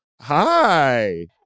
Hi